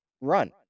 run